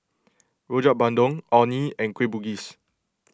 Rojak Bandung Orh Nee and Kueh Bugis